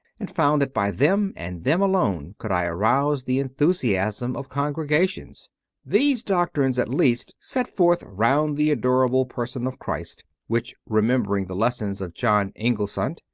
and found that by them, and them alone, could i arouse the enthusiasm of congregations these doctrines, at least, set forth round the adorable person of christ, which, remembering the lessons of john inglesant,